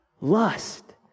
lust